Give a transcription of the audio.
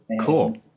Cool